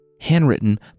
Handwritten